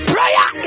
Prayer